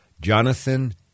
Jonathan